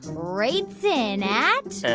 rates in at. ah.